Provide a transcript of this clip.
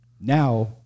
Now